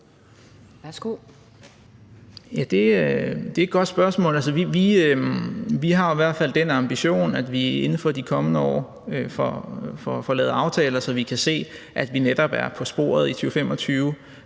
Kidde (RV): Det er et godt spørgsmål. Vi har i hvert fald den ambition, at vi inden for de kommende år får lavet aftaler, så vi kan se, at vi netop er på sporet i 2025